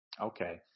Okay